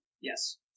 Yes